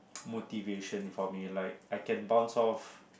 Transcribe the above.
motivation for me like I can bounce off